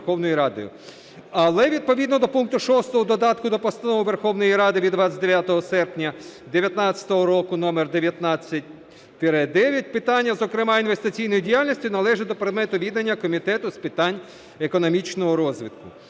Але відповідно до пункту 6 додатку до Постанови Верховної Ради від 29 серпня 19-го року № 19-9 питання, зокрема інвестиційної діяльності, належить до предмету відання Комітету з питань економічного розвитку.